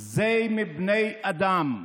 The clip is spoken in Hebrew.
זה מבני אדם.